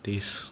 taste